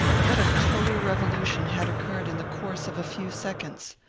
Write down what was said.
what a total revolution had occurred in the course of a few seconds!